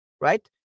Right